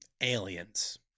Aliens